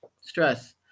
stress